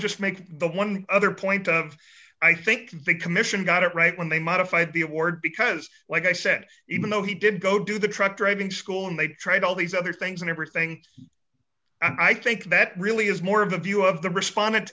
just make one other point i think the commission got it right when they modified the award because like i said even though he did go to the truck driving school and they tried all these other things and everything i think that really is more of the view of the responde